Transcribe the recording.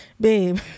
babe